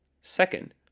Second